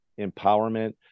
empowerment